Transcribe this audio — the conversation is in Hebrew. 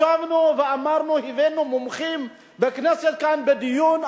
ישבנו ואמרנו, הבאנו מומחים לכנסת, כאן, בדיון.